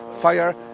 fire